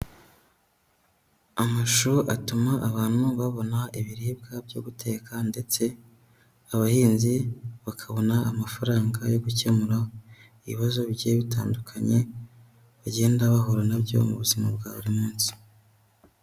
Amashu atuma abantu babona ibiribwa byo guteka ndetse abahinzi bakabona amafaranga yo gukemura ibibazo bigiye bitandukanye bagenda bahura na byo mu buzima bwa buri munsi.